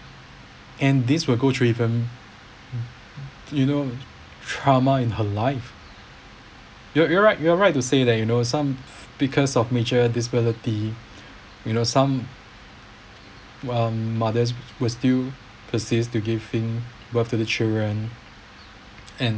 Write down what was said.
and this will go through even you know trauma in her life ya you are right you are right to say that you know some because of major disability you know some mothers were still persist to giving birth to the children and